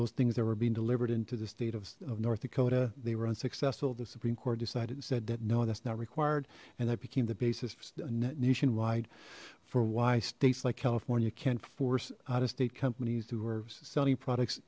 those things that were being delivered into the state of north dakota they were unsuccessful the supreme court decided and said that no that's not required and that became the basis and wide for why states like california can't force out of state companies who were selling products